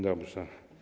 Dobrze.